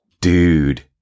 Dude